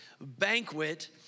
banquet